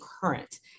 current